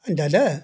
দাদা